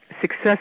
success